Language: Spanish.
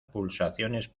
pulsaciones